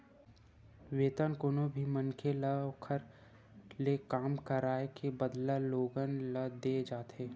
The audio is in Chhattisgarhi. वेतन कोनो भी मनखे ल ओखर ले काम कराए के बदला लोगन ल देय जाथे